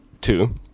two